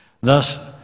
Thus